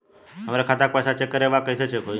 हमरे खाता के पैसा चेक करें बा कैसे चेक होई?